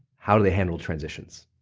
how do they handle transitions?